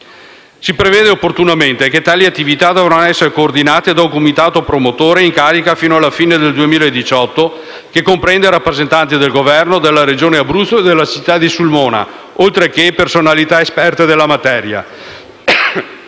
Si prevede opportunamente che tali attività dovranno essere coordinate da un comitato promotore, in carica fino alla fine del 2018, che comprende rappresentanti del Governo, della Regione Abruzzo e della città di Sulmona, oltre a personalità esperte della materia.